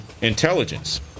intelligence